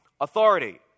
authority